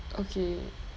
okay